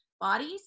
bodies